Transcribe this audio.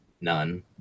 none